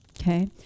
okay